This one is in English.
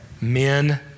men